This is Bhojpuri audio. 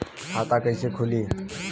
खाता कइसे खुली?